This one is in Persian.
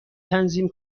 تنظیم